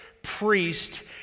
priest